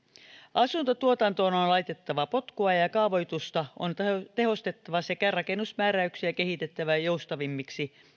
asuntotuotantoon on on laitettava potkua ja ja kaavoitusta on tehostettava sekä rakennusmääräyksiä kehitettävä joustavimmiksi